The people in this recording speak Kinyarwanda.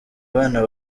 abana